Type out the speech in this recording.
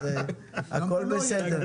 אז הכול בסדר.